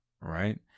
Right